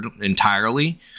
entirely